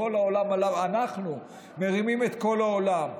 אנחנו מרימים את כל העולם.